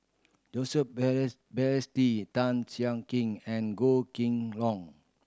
Joseph Balestier Tan Siak Kin and Goh Kheng Long